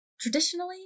Traditionally